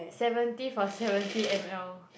seventy for seventy m_l